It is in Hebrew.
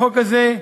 החוק הזה,